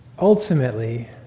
ultimately